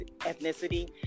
ethnicity